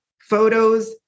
photos